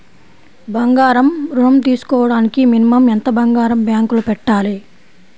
బంగారం ఋణం తీసుకోవడానికి మినిమం ఎంత బంగారం బ్యాంకులో పెట్టాలి?